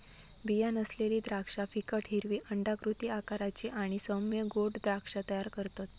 बीया नसलेली द्राक्षा फिकट हिरवी अंडाकृती आकाराची आणि सौम्य गोड द्राक्षा तयार करतत